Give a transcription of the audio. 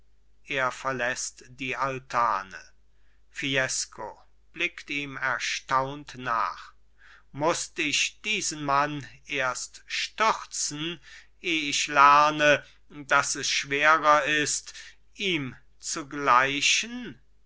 er verläßt die altane fiesco blickt ihm erstaunt nach mußt ich diesen mann erst stürzen eh ich lerne daß es schwerer ist ihm zu gleichen